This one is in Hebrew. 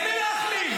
את מי להחליף?